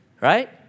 Right